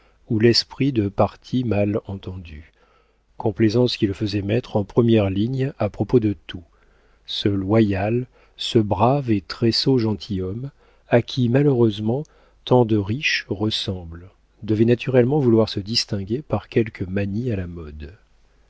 ou l'esprit de parti mal entendus complaisance qui le faisait mettre en première ligne à propos de tout ce loyal ce brave et très sot gentilhomme à qui malheureusement tant de riches ressemblent devait naturellement vouloir se distinguer par quelque manie à la mode